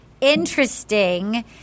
interesting